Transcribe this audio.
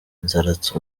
inzaratsi